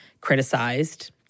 criticized